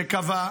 שקבע,